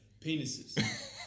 penises